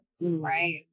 right